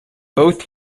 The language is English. both